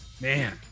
Man